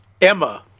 Emma